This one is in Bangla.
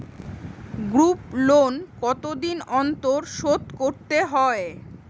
গ্রুপলোন কতদিন অন্তর শোধকরতে হয়?